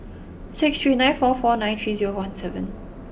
six three nine four four nine three zero one seven